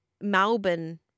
Melbourne